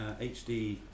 hd